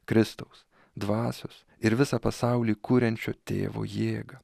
kristaus dvasios ir visą pasaulį kuriančio tėvo jėgą